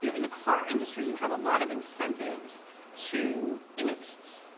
you know in the car industry, you have a lot of incentives to innovate.